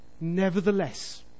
Nevertheless